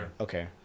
Okay